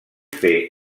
fer